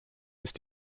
ist